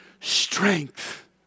strength